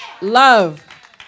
Love